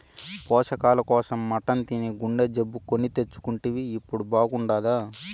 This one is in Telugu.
పోషకాల కోసం మటన్ తిని గుండె జబ్బు కొని తెచ్చుకుంటివి ఇప్పుడు బాగుండాదా